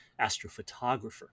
astrophotographer